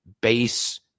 base